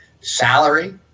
salary